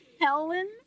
Helen